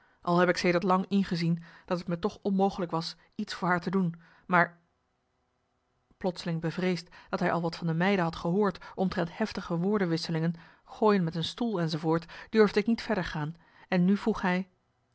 al heb ik sedert lang ingezien dat het me toch onmogelijk was iets voor haar te doen maar plotseling bevreesd dat hij al wat van de meiden had gehoord omtrent heftige woordenwisselingen gooien met een stoel enz durfde ik niet verder gaan en nu vroeg hij